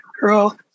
girl